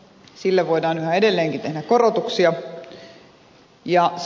siihen voidaan yhä edelleenkin tehdä korotuksia